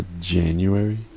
January